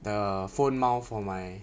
the phone mount for my